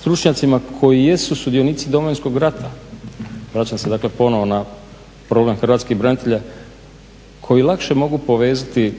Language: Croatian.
stručnjacima koji jesu sudionici Domovinskog rata, vraćam se dakle ponovno na problem hrvatskih branitelja, koji lakše mogu povezati